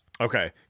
Okay